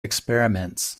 experiments